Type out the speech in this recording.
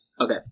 Okay